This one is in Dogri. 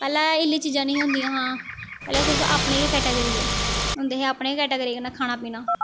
पैह्लें एह् लेइयां चीज़ां निं होंदियां हियां पैह्लें सिर्फ अपनी गै कैटागरी दे होंदे हे अपनी गै कैटागरी कन्नै खाना पीना